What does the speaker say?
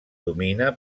domina